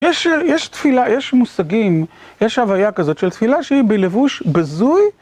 יש תפילה, יש מושגים, יש הוויה כזאת של תפילה שהיא בלבוש בזוי.